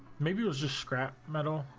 maybe this is scrap metal